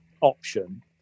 option